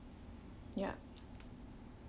ya